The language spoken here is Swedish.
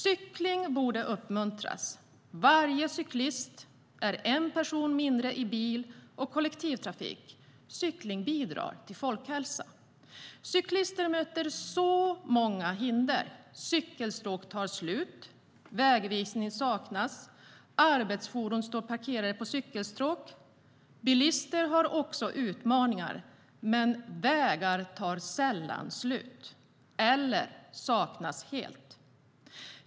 Cykling borde uppmuntras. Varje cyklist är en person mindre i bil och kollektivtrafik. Cykling bidrar till folkhälsan. Cyklister möter många hinder. Cykelstråk tar slut. Vägvisning saknas. Arbetsfordon står parkerade på cykelstråk. Bilister har också utmaningar, men vägar tar sällan slut eller saknas helt.